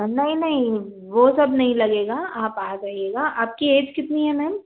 नहीं नहीं वो सब नहीं लगेगा आप आ जाएगा आपकी एज कितनी है मैम